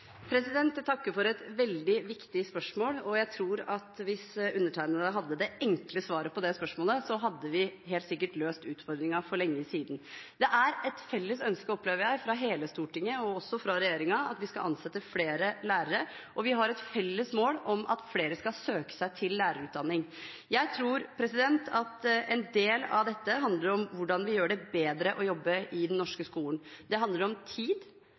Jeg takker for et veldig viktig spørsmål. Jeg tror at hvis undertegnede hadde det enkle svaret på det spørsmålet, hadde vi helt sikkert løst utfordringen for lenge siden. Det er et felles ønske, opplever jeg, fra hele Stortinget og også fra regjeringen at vi skal ansette flere lærere, og vi har et felles mål om at flere skal søke seg til lærerutdanningene. Jeg tror at en del av dette handler om hvordan vi kan gjøre det bedre å jobbe i den norske skolen. Det handler om tid.